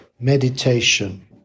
meditation